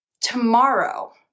tomorrow